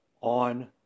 on